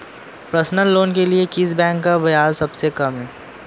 Personal loan के लिए किस बैंक का ब्याज सबसे कम है?